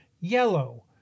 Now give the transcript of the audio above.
yellow